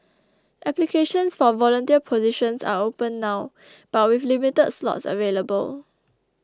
applications for volunteer positions are open now but with limited slots available